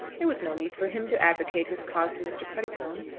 there was no need for him to advocate his cause to mr. puddicombe.